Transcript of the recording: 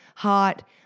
hot